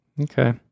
Okay